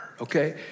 Okay